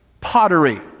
pottery